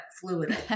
fluid